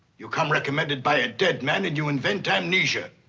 you come recommended by a dead man and you invent amnesia!